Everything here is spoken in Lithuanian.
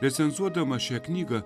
recenzuodama šią knygą